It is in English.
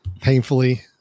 painfully